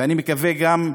ואני מקווה גם,